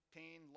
pain